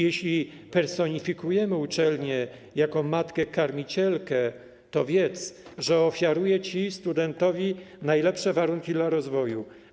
Jeśli personifikujemy uczelnię jako matkę karmicielkę, to wiedz, że ofiaruje ci, studentowi, najlepsze warunki dla rozwoju.